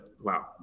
wow